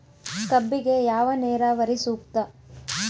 ಕಬ್ಬಿಗೆ ಯಾವ ನೇರಾವರಿ ಸೂಕ್ತ?